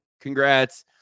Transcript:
Congrats